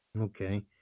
Okay